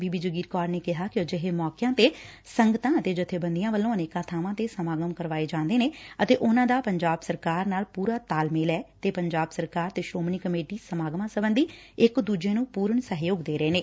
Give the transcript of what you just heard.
ਬੀਬੀ ਜਗੀਰ ਕੌਰ ਨੇ ਕਿਹਾ ਕਿ ਅਜਿਹੇ ਮੌਕਿਆਂ ਤੇ ਸੰਗਤਾਂ ਤੇ ਜਬੇਬੰਦੀਆਂ ਵੱਲੋ ਅਨੇਕਾਂ ਬਾਵਾਂ ਤੇ ਸਮਾਗਮ ਕਰਵਾਏ ਜਾਂਦੇ ਨੇ ਤੇ ਉਨ੍ਨਾਂ ਦਾ ਪੰਜਾਬ ਸਰਕਾਰ ਨਾਲ ਪੁਰਾ ਤਾਲਮੇਲ ਏ ਤੇ ਪੰਜਾਬ ਸਰਕਾਰ ਤੇ ਸ਼ੋਮਣੀ ਕਮੇਟੀ ਸਮਾਗਮਾਂ ਸੰਬੰਧੀ ਇੱਕ ਦੁਜੇ ਨੂੰ ਪੁਰਣ ਸਹਿਯੋਗ ਦੇ ਰਹੇ ਨੇ